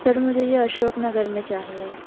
سر یہ مجھے اشوک نگر میں چاہیے